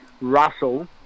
Russell